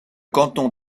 canton